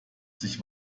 sich